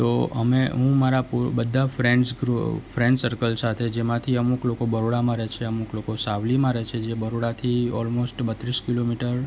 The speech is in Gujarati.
તો અમે હું મારા બધા ફ્રેન્ડસ ફ્રેન્ડસર્કલ સાથે જેમાંથી અમુક લોકો બરોડામાં રહે છે અમુક લોકો સાવલીમાં રહે છે જે બરોડાથી ઓલમોસ્ટ બત્રીસ કિલોમીટર